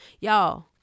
Y'all